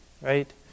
right